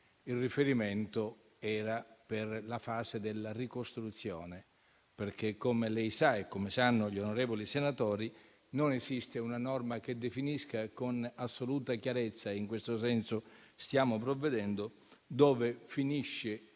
Il riferimento era per la fase della ricostruzione, perché, come lei sa e come sanno gli onorevoli senatori, non esiste una norma che definisca con assoluta chiarezza - in questo senso stiamo provvedendo - dove finisce